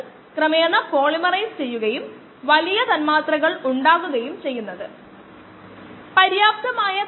ഇപ്പോൾ ഇവിടെ ഉത്പാദന നിരക്ക് സെക്കൻഡിൽ 1 കിലോഗ്രാം എന്ന തോതിൽ വെള്ളം ഉത്പാദിപ്പിക്കപ്പെടുന്നു ഇത് പ്രതിപ്രവർത്തനത്തിലൂടെ സെക്കൻഡിൽ 0